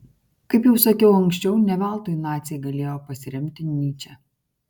kaip jau sakiau anksčiau ne veltui naciai galėjo pasiremti nyče